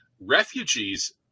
refugees